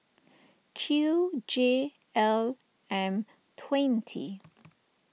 Q J L M twenty